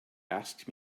asked